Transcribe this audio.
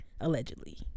Allegedly